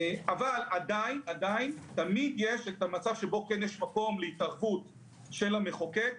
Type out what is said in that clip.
אבל עדיין תמיד יש את המצב בו יש מקום להתערבות של המחוקק.